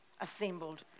assembled